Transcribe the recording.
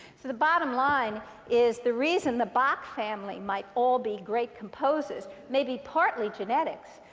so the bottom line is the reason the bach family might all be great composers may be partly genetics,